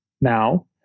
now